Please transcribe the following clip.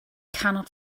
cannot